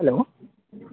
hello